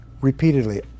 repeatedly